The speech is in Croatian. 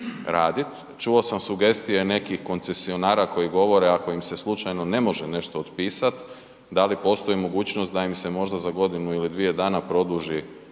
radit? Čuo sam sugestije nekih koncesionara koji govore ako im se slučajno ne može nešto otpisat, da li postoji mogućnost da im se možda za godinu ili dvije dana produži